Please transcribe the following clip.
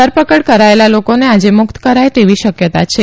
ધરપકડ કરાચેલા લોકોને આજે મુકત કરાય તેવી શકયતા છે